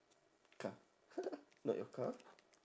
car not your car